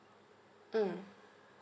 mm